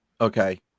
Okay